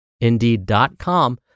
indeed.com